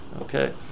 okay